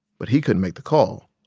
but he couldn't make the call.